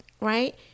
right